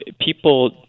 people